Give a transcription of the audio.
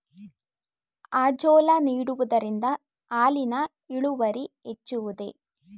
Azolla ನೀಡುವುದರಿಂದ ಹಾಲಿನ ಇಳುವರಿ ಹೆಚ್ಚುವುದೇ?